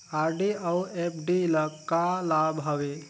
RD अऊ FD ल का लाभ हवे?